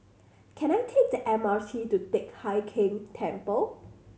can I take the M R T to Teck Hai Keng Temple